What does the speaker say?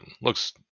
Looks